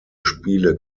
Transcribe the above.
spiele